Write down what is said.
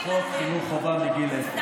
של חוק חינוך חובה מגיל אפס.